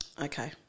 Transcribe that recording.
Okay